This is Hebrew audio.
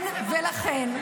הוא מקדם את זה.